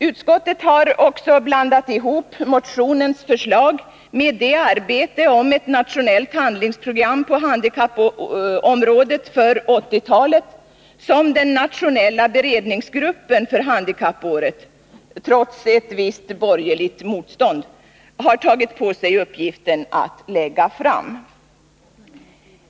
Utskottet har också blandat ihop motionsförslaget med ett arbete om ett nationellt handlingsprogram på handikappområdet för 1980-talet, som den nationella beredningsgruppen för handikappåret, trots ett visst borgerligt motstånd, har tagit på sig uppgiften att lägga fram.